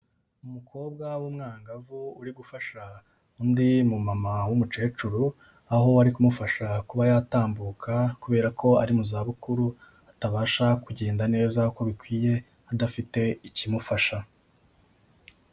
Umukobwa w'umwangavu uri gufasha undi mu mama w'umukecuru, aho we ari kumufasha kuba yatambuka. Kubera ko ari mu zabukuru atabasha kugenda neza uko bikwiye adafite ikimufasha.